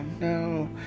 no